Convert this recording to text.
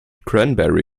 cranberry